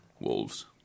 Wolves